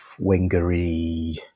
wingery